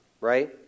right